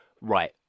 Right